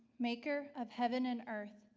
maker of heaven and earth,